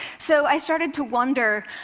so i started to wonder,